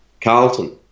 Carlton